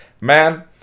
man